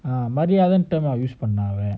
மரியாதைனு:mariyadhainu term ah use பண்ணாஅவ:panna ava